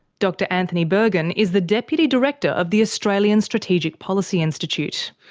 dr anthony bergin is the deputy director of the australian strategic policy institute.